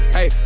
Hey